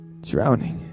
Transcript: drowning